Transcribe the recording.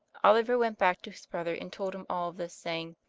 oliver went back to his brother and told him all this, saying,